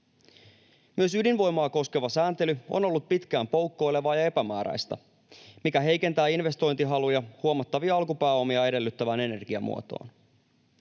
Myös ydinvoimaa koskeva sääntely on ollut pitkään poukkoilevaa ja epämääräistä, mikä heikentää investointihaluja huomattavia alkupääomia edellyttävään energiamuotoon.